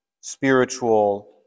spiritual